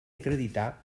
acreditar